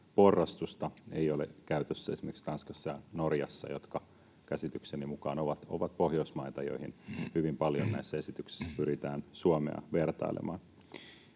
porrastusta ei ole käytössä esimerkiksi Tanskassa ja Norjassa, jotka käsitykseni mukaan ovat Pohjoismaita, joihin hyvin paljon näissä esityksissä pyritään Suomea vertailemaan.